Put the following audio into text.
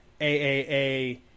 AAA